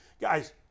guys